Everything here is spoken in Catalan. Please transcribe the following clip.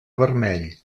vermell